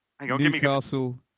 Newcastle